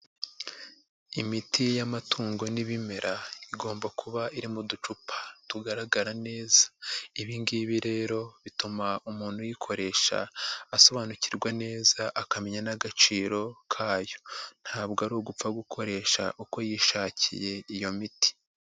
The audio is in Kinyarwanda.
Imiti y'amatungo n'ibimera igomba kuba iri m'uducupa tugaragara neza, ibi ngibi rero bituma umuntu uyikoresha asobanukirwa neza akamenya n'agaciro kayo. Ntabwo ari ugupfa gukoresha uko yishakiye iyo miti.